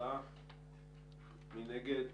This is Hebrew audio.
מי נגד?